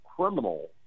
criminal